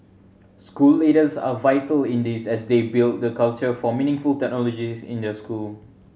school leaders are vital in this as they build the culture for meaningful technology in their school